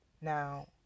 now